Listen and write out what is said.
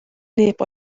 neb